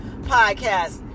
podcast